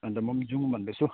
अन्त म पनि जाउँ भन्दैछु